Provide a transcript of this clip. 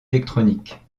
électronique